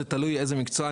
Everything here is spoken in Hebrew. זה תלוי איזה מקצוע,